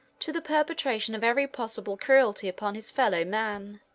to the perpetration of every possible cruelty upon his fellow man.